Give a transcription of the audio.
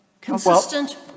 consistent